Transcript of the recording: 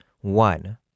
one